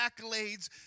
accolades